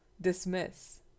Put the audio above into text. dismiss